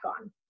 on